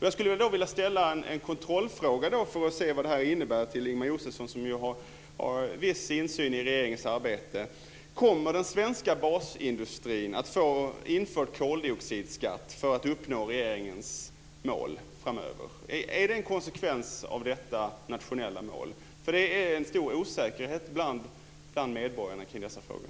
Jag skulle vilja ställa en kontrollfråga för att se vad det här innebär för Ingemar Josefsson, som har viss insyn i regeringens arbete: Kommer den svenska basindustrin att få koldioxidskatt införd för att regeringens mål framöver ska uppnås? Är det en konsekvens av detta nationella mål? Det råder en stor osäkerhet bland medborgarna om dessa frågor.